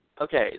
Okay